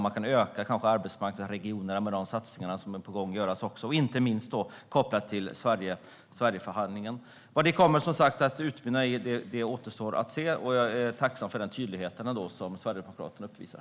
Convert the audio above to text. Man kan kanske öka arbetsmarknadsregionerna med de satsningar som är på gång och göra saker, inte minst kopplat till Sverigeförhandlingen. Vad det kommer att utmynna i återstår att se. Jag är tacksam för den tydlighet som Sverigedemokraterna uppvisar.